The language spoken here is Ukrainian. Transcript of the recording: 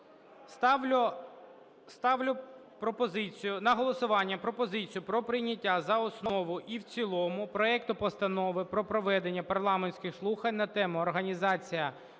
Ставлю на голосування пропозицію про прийняття за основу і в цілому проекту Постанови про проведення парламентських слухань на тему: "Організація